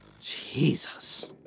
Jesus